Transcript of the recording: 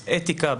אתיקה,